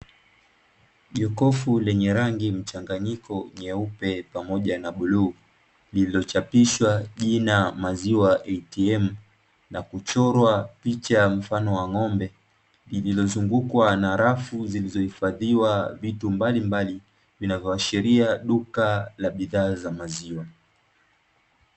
Jokofu lenye rangi mchanganyiko nyeupe pamoja na bluu, lililochapishwa jina "Maziwa ATM" na kuchorwa picha mfano wa ng'ombe, lililozungukwa na rafu zilizohifadhiwa vitu mbalimbali vinavyoashiria duka la bidhaa za maziwa.